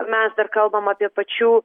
mes dar kalbam apie pačių